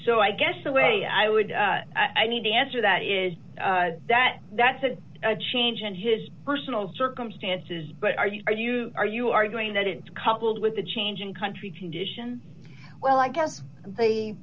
so i guess the way i would i need to answer that is that that's a change in just personal circumstances but are you are you are you arguing that it coupled with the change in country tradition well i guess the